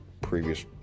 previous